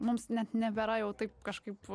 mums net nebėra jau taip kažkaip